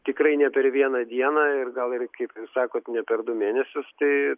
tikrai ne per vieną dieną ir gal ir kaip jūs sakot ne per du mėnesius tai